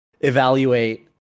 evaluate